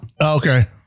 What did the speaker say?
Okay